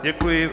Děkuji.